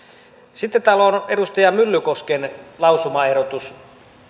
sitten täällä on edustaja myllykosken lausumaehdotus